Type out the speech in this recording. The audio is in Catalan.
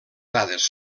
dades